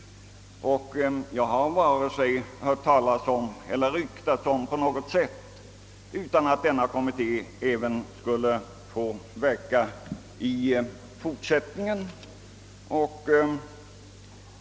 Jag har inte heller på något sätt hört ryktas om att denna kommitté inte skulle få verka även i fortsättningen.